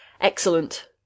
Excellent